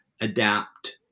adapt